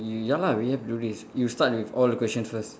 ya lah we have to do this you start with all the questions first